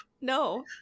no